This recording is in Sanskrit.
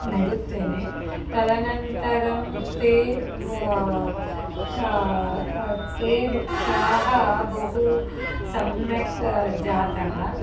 नेडुत्तेने तदनन्तरं ते ते वृक्षाः बहु सम्यक् जाताः